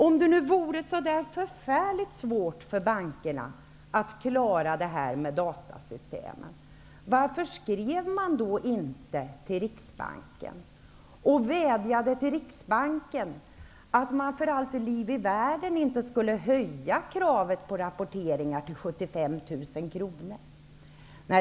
Om det är så förfärligt svårt för bankerna att klara datasystemen, varför skrev man inte till Riksbanken och vädjade till Riksbanken att för allt liv i världen inte höja kravet på rapporteringar och ändra gränsen till 75 000 kr.